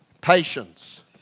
Patience